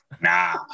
nah